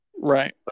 Right